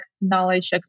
knowledge